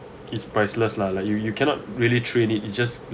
it's priceless lah like you you cannot really train it it just